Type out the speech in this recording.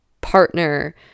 partner